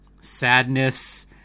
Sadness